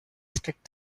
strict